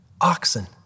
oxen